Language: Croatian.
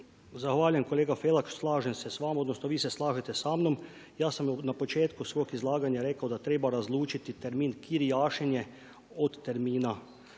Zahvaljujem kolega Felak, slažem se sa vama, odnosno vi se slažete sa mnom. Ja sam na početku svog izlaganja rekao da treba razlučiti termin kirijašenje od termina